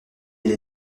elle